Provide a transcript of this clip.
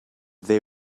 they